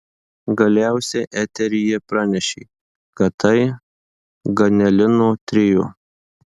galiausiai eteryje pranešė kad tai ganelino trio